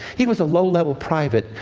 he was a low-level private,